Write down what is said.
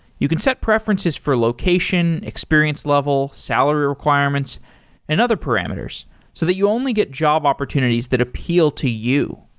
you can set preferences for location, experience level, salary requirements and other parameters so that you only get job opportunities that appeal to you.